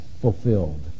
fulfilled